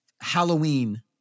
Halloween